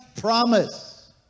promise